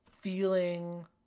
feeling